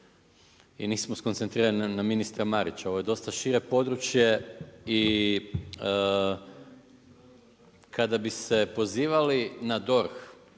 i nismo skoncentrirani na ministra Marića, ovo je dosta šire područje i kada bi se pozivali na DORH